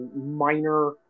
minor